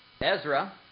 Ezra